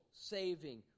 saving